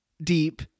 deep